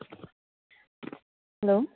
hello